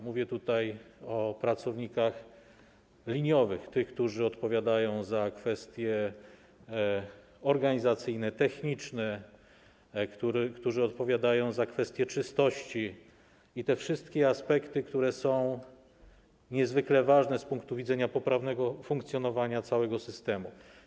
Mówię tutaj o pracownikach liniowych, tych, którzy odpowiadają za kwestie organizacyjne, techniczne, którzy odpowiadają za kwestie czystości i te wszystkie aspekty, które są niezwykle ważne z punktu widzenia poprawnego funkcjonowania całego systemu.